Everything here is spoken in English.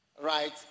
right